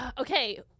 Okay